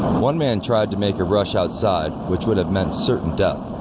one man tried to make a rush outside, which would have meant certain death.